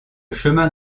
chemin